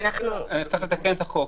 צריך לתקן את החוק.